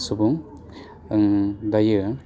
सुबुं दायो